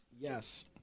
Yes